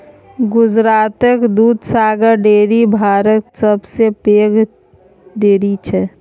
गुजरातक दुधसागर डेयरी भारतक सबसँ पैघ डेयरी छै